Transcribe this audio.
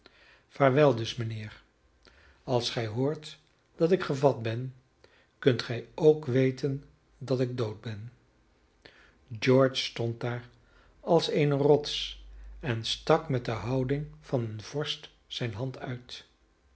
vaarwel dus mijnheer als gij hoort dat ik gevat ben kunt gij ook weten dat ik dood ben george stond daar als eene rots en stak met de houding van een vorst zijne hand uit